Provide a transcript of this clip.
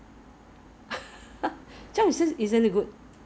no lah I mean there are urgent cases but no one esc~ no one to escalate